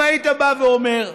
אם היית בא ואומר: